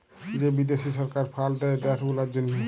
যে বিদ্যাশি সরকার ফাল্ড দেয় দ্যাশ গুলার জ্যনহে